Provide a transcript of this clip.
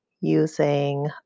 using